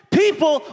people